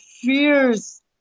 fears